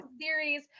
series